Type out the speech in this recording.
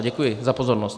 Děkuji za pozornost.